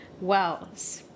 Wells